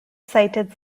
cited